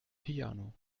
piano